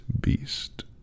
beast